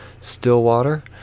Stillwater